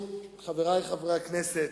חברי חברי הכנסת,